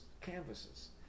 canvases